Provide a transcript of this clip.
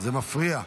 זה מפריע.